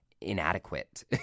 inadequate